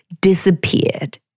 disappeared